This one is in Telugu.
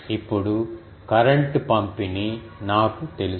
ఇప్పుడు కరెంట్ పంపిణీ నాకు తెలుసు